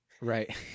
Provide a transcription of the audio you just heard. Right